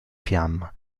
fiamma